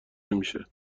نمیشه